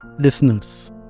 listeners